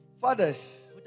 Fathers